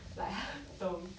like 他懂